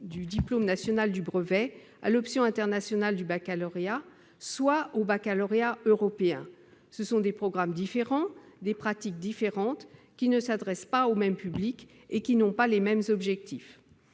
du diplôme national du brevet et du baccalauréat, soit au baccalauréat européen. Or ce sont des programmes différents, des pratiques différentes, qui ne s'adressent pas au même public et n'ont pas les mêmes objectifs.